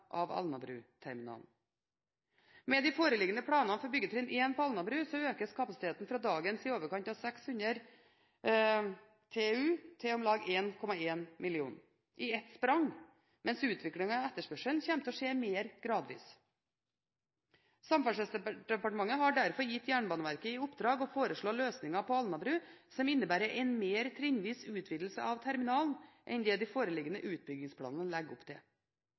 av Alnabruterminalen. Med de foreliggende planene for byggetrinn 1 på Alnabru økes kapasiteten fra dagens i overkant av 600 000 TEU til om lag 1,1 millioner i ett sprang, mens utviklingen i etterspørselen kommer til å skje mer gradvis. Samferdselsdepartementet har derfor gitt Jernbaneverket i oppdrag å foreslå løsninger på Alnabru som innebærer en mer trinnvis utvidelse av terminalen enn det de foreliggende utbyggingsplanene legger opp til.